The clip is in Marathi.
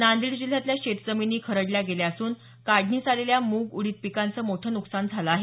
नांदेड जिल्ह्यातल्या शेतजमिनी खरडल्या गेल्या असून काढणीस आलेल्या मूग उडीद पिकांचं मोठं नुकसान झालं आहे